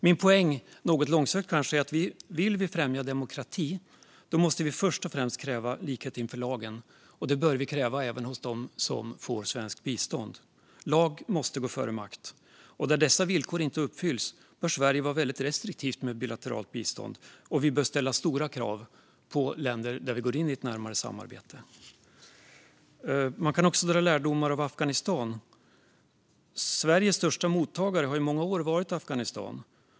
Min poäng är - kanske något långsökt - att vi om vi vill främja demokrati först och främst måste kräva likhet inför lagen. Detta bör vi kräva även hos dem som får svenskt bistånd. Lag måste gå före makt. Där dessa villkor inte uppfylls bör vi i Sverige vara väldigt restriktiva med bilateralt bistånd, och vi bör ställa stora krav på länder som vi går in i ett närmare samarbete med. Man kan också dra lärdomar av Afghanistan. Sveriges största mottagare har i många år varit Afghanistan.